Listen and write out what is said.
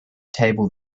table